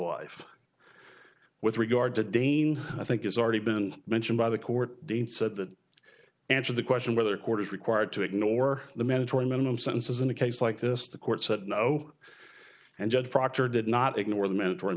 life with regard to dane i think it's already been mentioned by the court dates that answer the question whether court is required to ignore the mandatory minimum sentences in a case like this the court said no and judge proctor did not ignore the mandatory